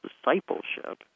discipleship